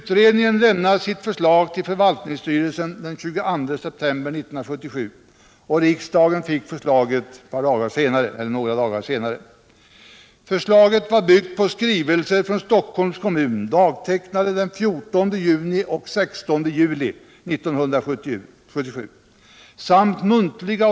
Tiden mellan 16 juli och 22 september har gjort att reservanterna förebrår utredningen att arbeta med föråldrat material.